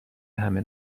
همه